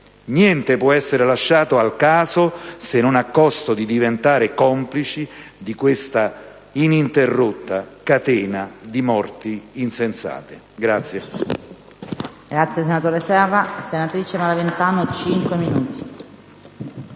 Niente può essere lasciato al caso, se non a costo di diventare complici di questa ininterrotta catena di morti insensate.